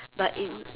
but it